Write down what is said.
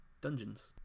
dungeons